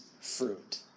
fruit